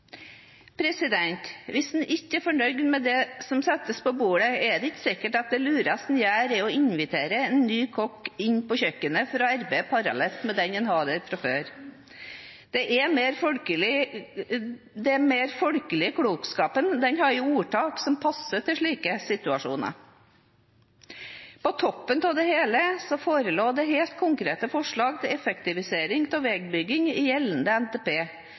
Hvis man ikke er fornøyd med det som settes på bordet, er det ikke sikkert at det lureste man gjør, er å invitere en ny kokk inn på kjøkkenet for å arbeide parallelt med den man hadde der fra før. Den mer folkelige klokskapen har ordtak som passer til slike situasjoner. På toppen av det hele forelå det helt konkrete forslag til effektivisering av veibyggingen i gjeldende NTP